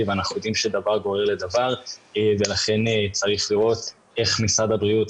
ואנחנו יודעים שדבר גורר דבר ולכן צריך לראות איך משרד הבריאות,